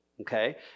okay